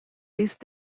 these